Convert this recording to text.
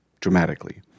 dramatically